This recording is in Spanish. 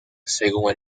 según